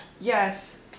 yes